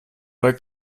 bei